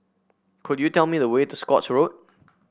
could you tell me the way to Scotts Road